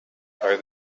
are